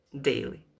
daily